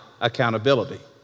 accountability